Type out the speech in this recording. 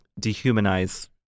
dehumanize